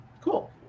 cool